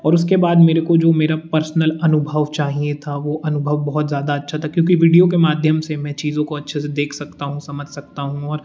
और उसके बाद मेरे को जो मेरा पर्सनल अनुभव चाहिए था वो अनुभव बहुत ज़्यादा अच्छा था क्योंकि विडियो के माध्यम से मैं चीज़ों को अच्छे से देख सकता हूँ समझ सकता हूँ और